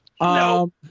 No